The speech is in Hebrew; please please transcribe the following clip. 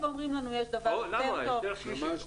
יש דרך שלישית.